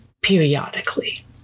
periodically